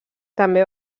també